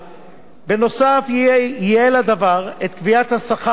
ייעל הדבר את קביעת השכר לחיילים הפעילים,